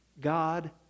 God